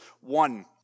one